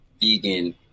vegan